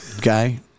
guy